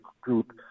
group